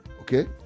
okay